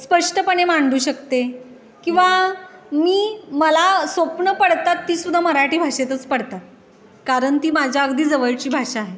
स्पष्टपणे मांडू शकते किंवा मी मला स्वप्नं पडतात तीसुद्धा मराठी भाषेतच पडतात कारण ती माझ्या अगदी जवळची भाषा आहे